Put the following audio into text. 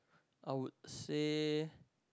I would said